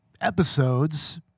episodes